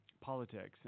politics